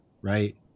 right